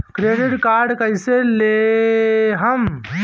Credit card कईसे लेहम?